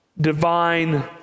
divine